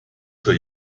zur